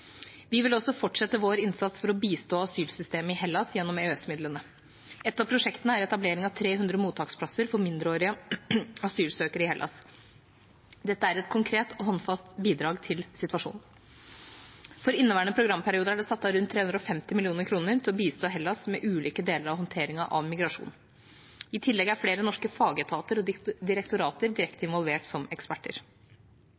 Vi vil også fortsette vår innsats for å bistå asylsystemet i Hellas gjennom EØS-midlene. Et av prosjektene er etablering av 300 mottaksplasser for mindreårige asylsøkere i Hellas. Dette er et konkret og håndfast bidrag til situasjonen. For inneværende programperiode er det satt av rundt 350 mill. kr til å bistå Hellas med ulike deler av håndteringen av migrasjon. I tillegg er flere norske fagetater og direktorater direkte